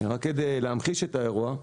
רק כדי להמחיש את האירוע,